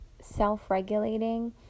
self-regulating